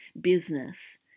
business